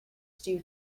stew